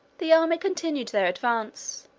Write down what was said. the army continued their advance,